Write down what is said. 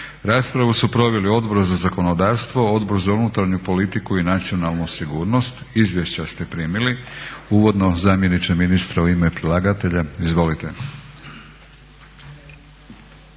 Raspravu su proveli Odbor za zakonodavstvo, Odbor za unutarnju politiku i nacionalnu sigurnost. Izvješća ste primili. Uvodno, zamjeniče ministra u ime predlagatelja. Izvolite.